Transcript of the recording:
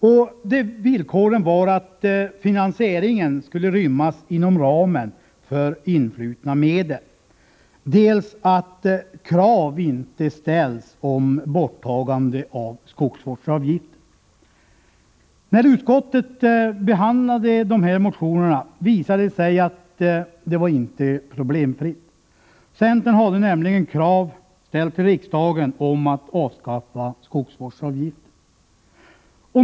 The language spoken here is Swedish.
Dessa villkor var dels att finansieringen skulle rymmas inom ramen för influtna medel, dels att krav inte skulle ställas om borttagande av skogsvårdsavgiften. När utskottet behandlade motionerna visade det sig att det inte var problemfritt. Centern hade nämligen ställt krav till riksdagen om ett avskaffande av skogsvårdsavgiften.